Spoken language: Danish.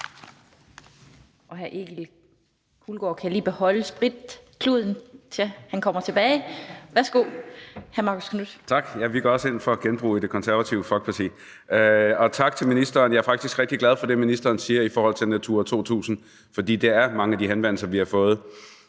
Og hr. Egil Hulgaard kan lige beholde spritkluden, til han kommer tilbage. Værsgo til hr. Marcus Knuth. Kl. 16:42 Marcus Knuth (KF): Tak. Vi går også ind for genbrug i Det Konservative Folkeparti. Og tak til ministeren. Jeg er faktisk rigtig glad for det, ministeren siger i forhold til Natura 2000. For mange af de henvendelser, vi har fået,